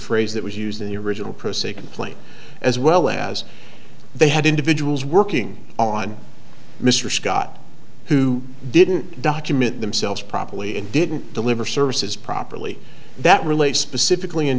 phrase that was used in the original per se complaint as well as they had individuals working on mr scott who didn't document themselves properly and didn't deliver services properly that relates specifically